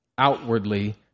outwardly